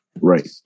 right